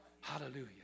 Hallelujah